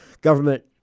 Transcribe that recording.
government